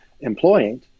employing